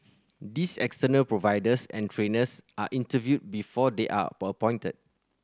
these external providers and trainers are interviewed before they are appointed